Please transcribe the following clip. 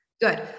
Good